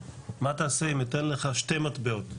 מה תעשה אם אתן לך שני מטבעות?'